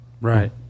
right